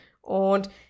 Und